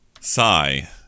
Sigh